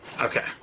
Okay